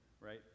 right